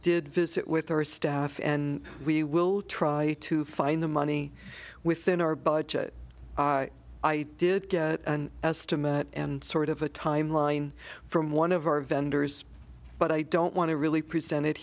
did visit with our staff and we will try to find the money within our budget i did get an estimate and sort of a timeline from one of our vendors but i don't want to really presented